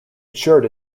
ensured